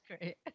great